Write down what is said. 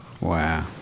Wow